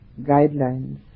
guidelines